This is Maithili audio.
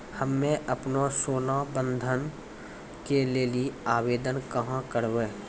हम्मे आपनौ सोना बंधन के लेली आवेदन कहाँ करवै?